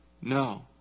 No